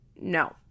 No